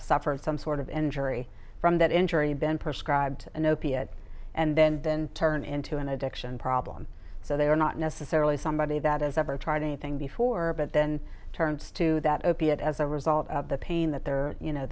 for some sort of injury from that injury been prescribed an opiate and then then turn into an addiction problem so they are not necessarily somebody that has ever tried anything before but then turns to that opiate as a result of the pain that they're you know